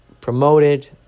promoted